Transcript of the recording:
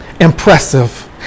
Impressive